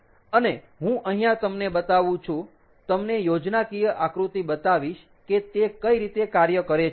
અને હું અહીંયાં તમને બતાવું છું તમને યોજનાકીય આકૃતિ બતાવીશ કે તે કઈ રીતે કાર્ય કરે છે